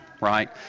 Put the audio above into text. right